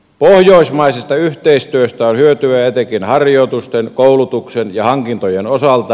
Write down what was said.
pohjoismaisesta yhteistyöstä on hyötyä etenkin harjoitusten koulutuksen ja hankintojen osalta